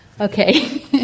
Okay